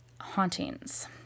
hauntings